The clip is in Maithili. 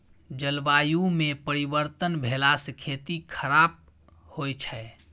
जलवायुमे परिवर्तन भेलासँ खेती खराप होए छै